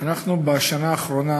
בשנה האחרונה